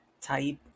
type